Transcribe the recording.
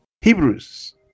Hebrews